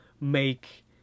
make